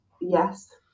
Yes